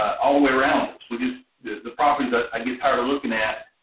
all the way around. we just, the properties i get tired of looking at,